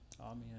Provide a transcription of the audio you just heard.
Amen